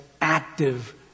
active